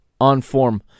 on-form